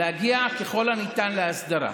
להגיע ככל הניתן להסדרה,